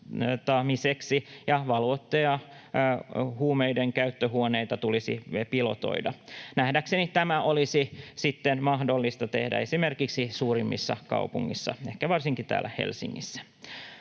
ja valvottuja huumeidenkäyttöhuoneita tulisi pilotoida. Nähdäkseni tämä olisi mahdollista tehdä esimerkiksi suurimmissa kaupungeissa, ehkä varsinkin täällä Helsingissä.